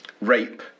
Rape